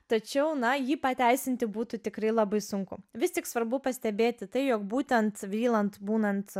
tačiau na jį pateisinti būtų tikrai labai sunku vis tik svarbu pastebėti tai jog būtent vriland būnant